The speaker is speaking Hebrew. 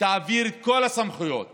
תעביר את כל הסמכויות